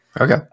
Okay